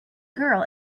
girl